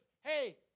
hey